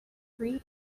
agree